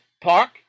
Park